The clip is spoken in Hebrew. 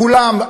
כולם.